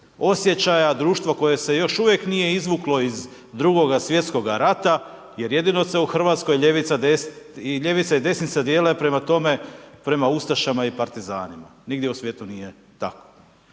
osjećaja, društvo koje se još uvijek nije izvuklo iz drugoga svjetskoga rata jer jedino se u RH ljevica i desnice dijele prema tome, prema ustašama i partizanima, nigdje u svijetu nije tako.